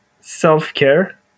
self-care